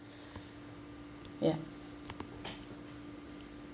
ya